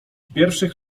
pierwszych